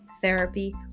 therapy